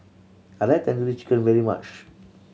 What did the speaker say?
I like Tandoori Chicken very much